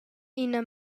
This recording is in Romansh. ina